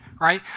right